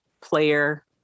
player